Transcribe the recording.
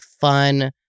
fun